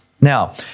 Now